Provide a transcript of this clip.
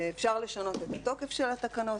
אפשר לשנות את התוקף של התקנות,